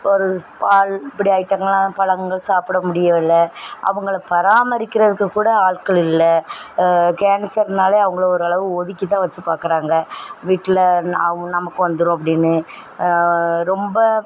ஒரு பால் இப்படி ஐட்டங்களெல்லாம் பழங்கள் சாப்பிட முடியவில்லை அவங்களை பராமரிக்கிறதுக்கு கூட ஆட்கள் இல்லை கேன்சர்னாலே அவங்கள ஓரளவு ஒதுக்கிதான் வச்சு பார்க்குறாங்க வீட்டில் நான் நமக்கு வந்துடும் அப்படின்னு ரொம்ப